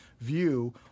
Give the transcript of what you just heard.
view